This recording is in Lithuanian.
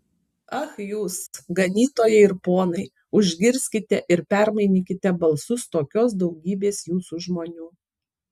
ach jūs ganytojai ir ponai užgirskite ir permainykite balsus tokios daugybės jūsų žmonių